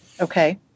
Okay